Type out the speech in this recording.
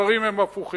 הדברים הם הפוכים.